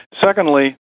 Secondly